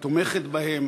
היא תומכת בהם,